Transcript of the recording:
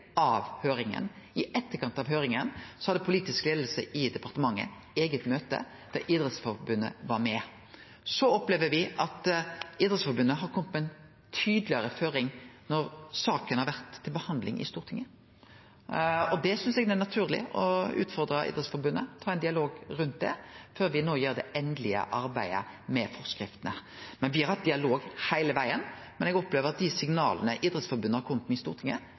etterkant av høyringa hadde den politiske leiinga i departementet eit eige møte der Idrettsforbundet var med. Så opplever me at Idrettsforbundet har kome med ei tydelegare føring når saka har vore til behandling i Stortinget. Det synest eg det er naturleg å utfordre Idrettsforbundet på, ta ein dialog om det, før me no gjer det endelege arbeidet med forskriftene. Me har hatt ein dialog heile vegen, men eg opplever at dei signala Idrettsforbundet har kome med i Stortinget,